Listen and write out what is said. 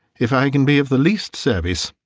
if i can be of the least service.